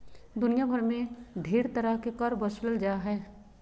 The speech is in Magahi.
दुनिया भर मे ढेर तरह के कर बसूलल जा हय